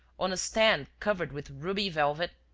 on a stand covered with ruby velvet,